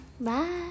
Bye